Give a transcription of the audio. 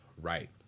right